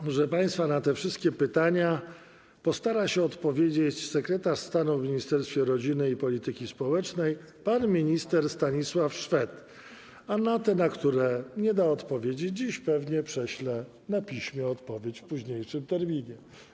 Proszę państwa, na te wszystkie pytania postara się odpowiedzieć sekretarz stanu w Ministerstwie Rodziny i Polityki Społecznej pan minister Stanisław Szwed, a na te, na które nie da odpowiedzi dziś, pewnie prześle odpowiedzi na piśmie w późniejszym terminie.